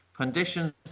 Conditions